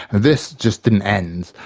and this just didn't end.